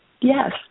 Yes